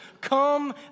come